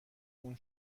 اون